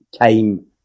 came